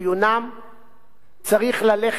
צריך ללכת בדרך האמצע,